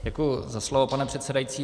Děkuji za slovo, pane předsedající.